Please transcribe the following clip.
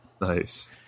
nice